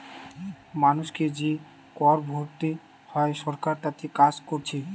মানুষকে যে কর ভোরতে হয় সরকার তাতে কাজ কোরছে